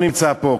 לא נמצא פה.